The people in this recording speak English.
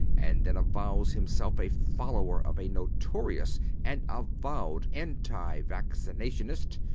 and then avows himself a follower of a notorious and avowed anti-vaccinationist,